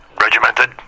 Regimented